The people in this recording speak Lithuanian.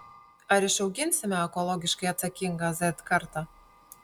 ar išauginsime ekologiškai atsakingą z kartą